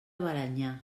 balenyà